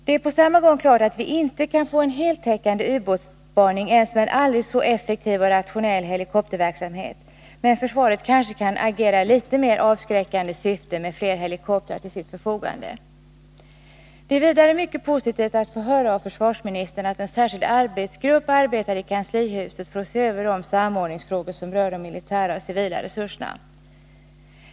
Det är på samma gång klart att vi inte kan få en heltäckande ubåtsspaning ens med en aldrig så effektiv och rationell helikopterverksamhet, men försvaret kanske kan agera i litet mer avskräckande syfte med fler helikoptrar till sitt förfogande. Det är vidare mycket positivt att få höra av försvarsministern att en särskild arbetsgrupp arbetar i kanslihuset för att se över de samordningsfrågor som rör de militära och civila resurserna.